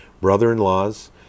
brother-in-laws